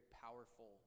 powerful